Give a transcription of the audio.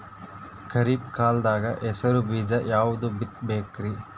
ಖರೀಪ್ ಕಾಲದಾಗ ಹೆಸರು ಬೀಜ ಯಾವದು ಬಿತ್ ಬೇಕರಿ?